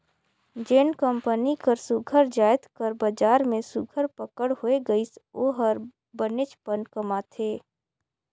जेन कंपनी कर सुग्घर जाएत कर बजार में सुघर पकड़ होए गइस ओ हर बनेचपन कमाथे